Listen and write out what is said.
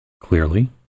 clearly